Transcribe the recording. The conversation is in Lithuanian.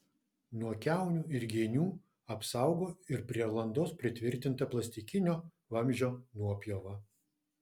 nuo kiaunių ir genių apsaugo ir prie landos pritvirtinta plastikinio vamzdžio nuopjova